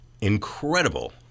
incredible